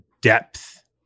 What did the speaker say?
depth